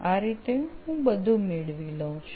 આ રીતે હું બધું મેળવી લઉં છું